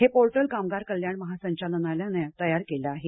हे पोर्टल कामगार कल्याण महासंचालनालयानं तयार केलं आहे